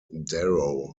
darrow